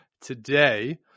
today